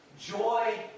joy